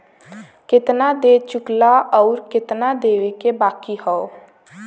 केतना दे चुकला आउर केतना देवे के बाकी हौ